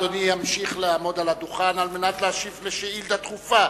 אדוני ימשיך לעמוד על הדוכן על מנת להשיב על שאילתא דחופה,